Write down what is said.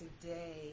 today